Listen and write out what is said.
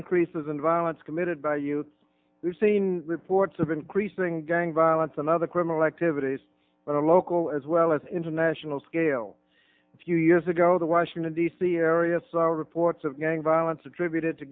increases in violence committed by youth we've seen reports of increasing gang violence and other criminal activities on a local as well as international scale a few years ago the washington d c area reports of gang violence attributed to